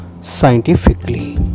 scientifically